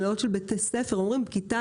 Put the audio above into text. מנהלות של בתי ספר והם אומרים: כיתה